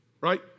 Right